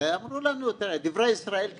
אמרו לנו: דברי ישראל כשבועה.